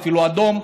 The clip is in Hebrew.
אפילו אדום,